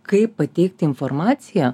kaip pateikti informaciją